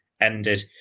ended